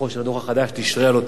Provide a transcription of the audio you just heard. אני מזמין את סגן היושב-ראש,